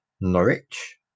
Norwich